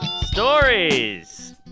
Stories